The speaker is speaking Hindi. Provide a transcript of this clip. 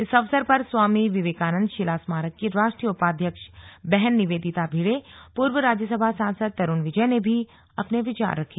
इस अवसर पर स्वामी विवेकानंद शिला स्मारक की राष्ट्रीय उपाध्यक्ष बहन निवेदिता भिड़े पूर्व राज्यसभा सांसद तरूण विजय ने भी अपने विचार रखें